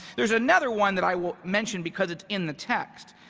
there's another one that i won't mentioned because it's in the text.